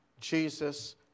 Jesus